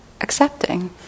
accepting